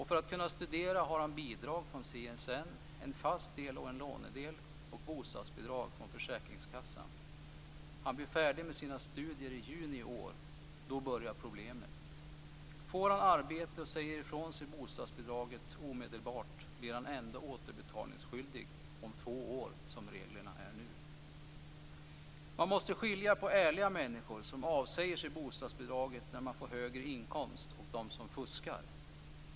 För att kunna studera har han bidrag från CSN, en fast del och en lånedel och bostadsbidrag från Försäkringskassan. Han blir färdig med sina studier i juni i år, då börjar problemet. Får han arbete och säger ifrån sig bostadsbidraget omedelbart blir han ändå återbetalningsskyldig om två år som reglerna är nu. Man måste skilja på ärliga människor som avsäger sig bostadsbidraget när man får högre inkomst och de som 'fuskar'.